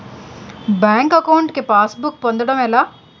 Bank account కి passbook పొందడం ఎలా?